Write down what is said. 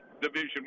Division